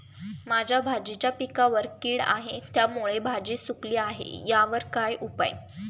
माझ्या भाजीच्या पिकावर कीड आहे त्यामुळे भाजी सुकली आहे यावर काय उपाय?